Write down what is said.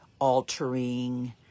altering